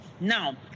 now